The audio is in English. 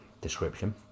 description